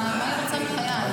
מה היא רוצה מחיי?